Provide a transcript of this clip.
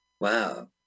Wow